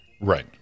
right